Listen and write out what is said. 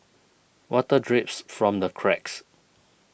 water drips from the cracks